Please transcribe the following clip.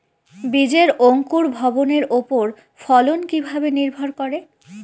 বীজের অঙ্কুর ভবনের ওপর ফলন কিভাবে নির্ভর করে?